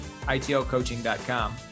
itlcoaching.com